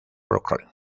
brooklyn